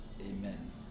Amen